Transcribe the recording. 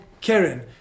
Karen